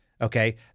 okay